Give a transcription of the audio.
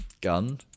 gun